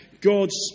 God's